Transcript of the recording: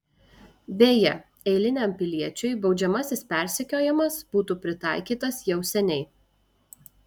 beje eiliniam piliečiui baudžiamasis persekiojimas būtų pritaikytas jau seniai